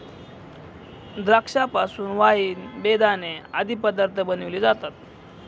द्राक्षा पासून वाईन, बेदाणे आदी पदार्थ बनविले जातात